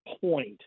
point